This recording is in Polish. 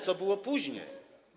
Co było później?